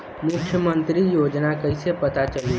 मुख्यमंत्री योजना कइसे पता चली?